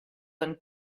than